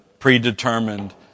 Predetermined